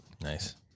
nice